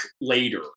later